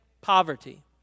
poverty